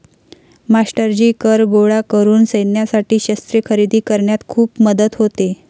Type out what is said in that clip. मास्टरजी कर गोळा करून सैन्यासाठी शस्त्रे खरेदी करण्यात खूप मदत होते